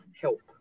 help